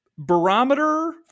barometer